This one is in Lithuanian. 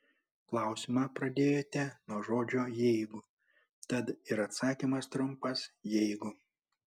klausimą pradėjote nuo žodžio jeigu tad ir atsakymas trumpas jeigu